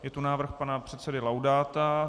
Je to návrh pana předsedy Laudáta.